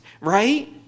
right